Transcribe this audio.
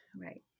Right